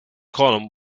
column